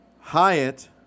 Hyatt